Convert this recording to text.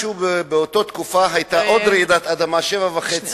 בגלל איכות